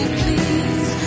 please